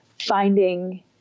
finding